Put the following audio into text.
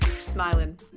smiling